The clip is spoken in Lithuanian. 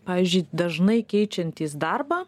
pavyzdžiui dažnai keičiantys darbą